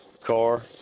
car